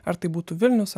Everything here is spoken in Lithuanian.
ar tai būtų vilnius